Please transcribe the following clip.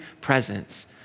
presence